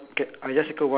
and was like